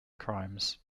crimes